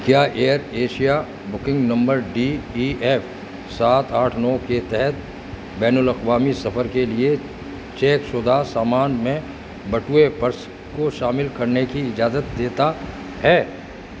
کیا AirAsia booking number D E F سات آٹھ نو کے تحت بین الاقوامی سفر کے لیے چیک شدہ سامان میں بٹوے پرس کو شامل کرنے کی اجازت دیتا ہے